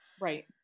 right